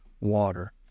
water